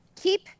keep